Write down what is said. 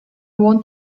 want